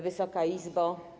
Wysoka Izbo!